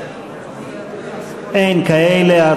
אין כאלה.